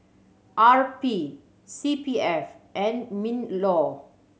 R P C P F and MinLaw